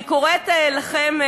אני קוראת לכם,